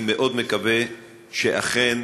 אני מאוד מקווה שאכן,